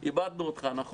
מבנים --- איבדנו אותך, נחום.